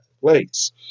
place